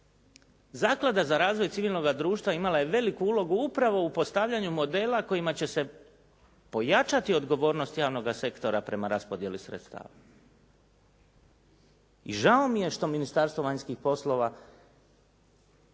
Zaklada za razvoj civilnoga društva imala je veliku ulogu upravo u postavljanju modela kojima će se pojačati odgovornost javnoga sektora prema raspodjeli sredstava i žao mi je što Ministarstvo vanjskih poslova